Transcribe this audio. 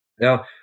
Now